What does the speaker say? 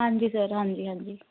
ਹਾਂਜੀ ਸਰ ਹਾਂਜੀ ਹਾਂਜੀ